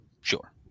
sure